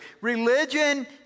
Religion